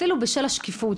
אפילו בשל השקיפות,